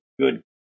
good